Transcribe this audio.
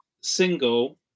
single